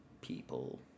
people